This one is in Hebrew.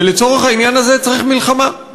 ולצורך העניין הזה צריך מלחמה,